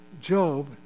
Job